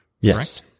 Yes